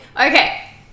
Okay